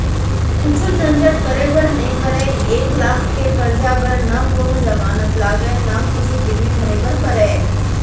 कुछु झंझट करे बर नइ परय, एक लाख के करजा बर न कोनों जमानत लागय न कुछु गिरवी धरे बर परय